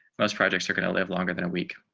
most projects are going to live longer than a week.